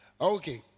Okay